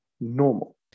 normal